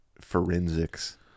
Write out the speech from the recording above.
forensics